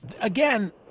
again